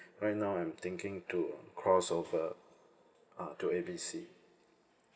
right now I'm thinking to cross over uh to A B C